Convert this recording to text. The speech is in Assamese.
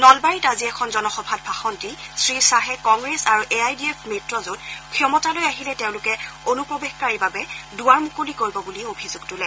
নলবাৰীত আজি এখন জনসভাত ভাষণ দি শ্ৰীয়াহে কংগ্ৰেছ আৰু A I U D F মিত্ৰজেঁট ক্ষমতালৈ আহিলে তেওঁলোকে অনুপ্ৰৱেশকাৰীৰ বাবে দুৱাৰ মুকলি কৰিব বুলি অভিযোগ তোলে